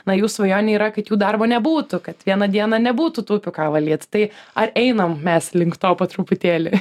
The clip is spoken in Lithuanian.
na jų svajonė yra kad jų darbo nebūtų kad vieną dieną nebūtų tų upių ką valyt tai ar einam mes link to po truputėlį